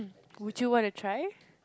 would you want to try